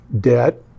debt